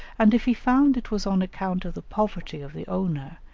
and if he found it was on account of the poverty of the owner,